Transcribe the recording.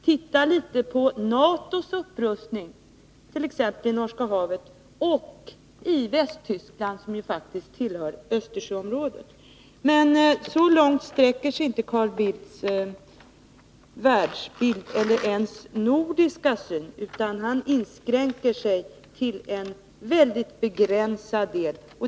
Titta litet på NATO:s upprustning, t.ex. i Norska havet och i Västtyskland, som faktiskt tillhör Östersjöområdet! Men så långt sträcker sig inte Carl Bildts världsbild, eller ens nordiska syn, utan han inskränker sig till en mycket begränsad del.